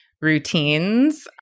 routines